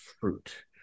fruit